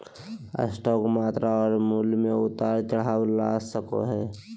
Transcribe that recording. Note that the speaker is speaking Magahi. स्टॉक मात्रा और मूल्य में उतार चढ़ाव ला सको हइ